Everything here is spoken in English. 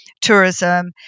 tourism